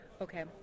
Okay